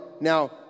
now